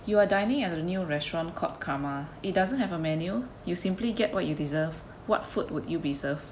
you are dining at a new restaurant called karma it doesn't have a menu you simply get what you deserve what food would you be served